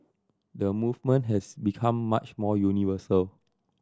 the movement has become much more universal